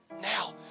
Now